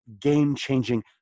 game-changing